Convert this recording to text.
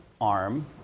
arm